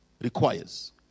requires